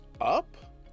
up